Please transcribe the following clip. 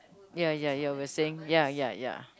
ya ya you were saying ya ya ya